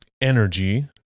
Energy